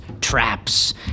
traps